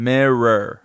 Mirror